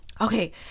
okay